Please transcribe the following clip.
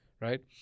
right